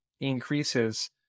Increases